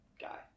guy